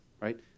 right